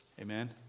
Amen